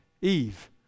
Eve